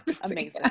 amazing